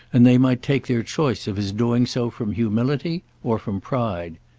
and they might take their choice of his doing so from humility or from pride.